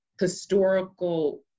historical